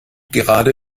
gerade